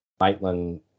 Maitland –